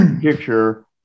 picture